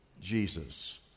jesus